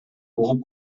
угуп